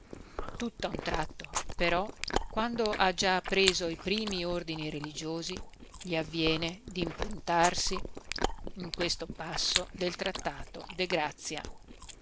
tisico tutta un tratto però quando ha già preso i primi ordini religiosi gli avviene dimpuntarsi in questo passo del trattato de gratia